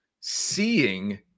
seeing